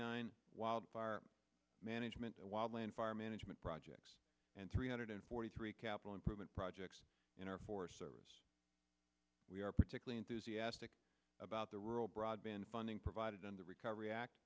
nine wildfire management of wild land fire management projects and three hundred forty three capital improvement projects in our forest service we are particularly enthusiastic about the rural broadband funding provided in the recovery act